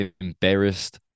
embarrassed